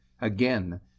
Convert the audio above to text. again